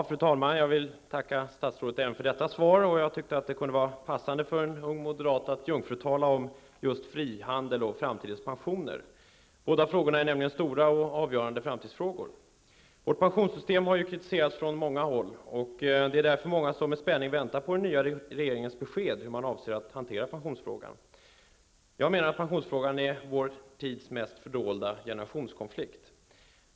Fru talman! Jag vill tacka statsrådet även för detta svar. Jag tyckte att det kunde vara passande för en ung moderat att jungfrutala om just frihandel och framtidens pensioner. Båda frågorna är stora och avgörande framtidsfrågor. Vårt pensionssystem har kritiserats från många håll. Det är därför många som med spänning väntar på den nya regeringens besked om hur man avser att hantera pensionsfrågan. Jag menar att pensionsfrågan är vår tids mest fördolda generationskonflikt.